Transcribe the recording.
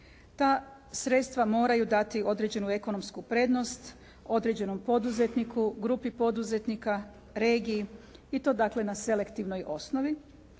Ta sredstva moraju dati određenu ekonomsku prednost, određenom poduzetniku, grupi poduzetnika, regiji i to dakle na selektivnoj osnovi.